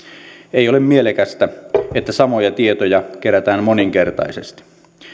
ei ole mielekästä että samoja tietoja kerätään moninkertaisesti